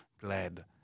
glad